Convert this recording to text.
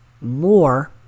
more